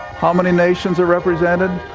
how many nations are represented?